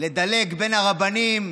בלדלג בין הרבנים,